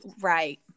Right